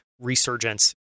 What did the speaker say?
resurgence